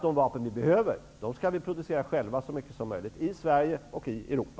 De vapen vi behöver skall vi producera själva så mycket som möjligt -- i Sverige och i Europa.